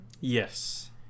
Yes